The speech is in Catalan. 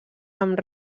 amb